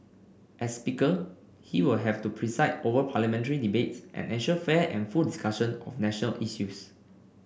as speaker he will have to preside over parliamentary debates and ensure fair and full discussion of national issues